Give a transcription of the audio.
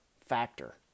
factor